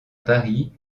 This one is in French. paris